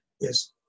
Yes